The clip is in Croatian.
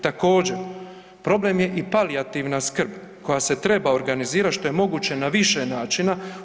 Također, problem je i palijativna skrb koja se treba organizirat što je moguće na više načina.